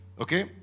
Okay